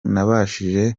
nabashije